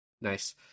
Nice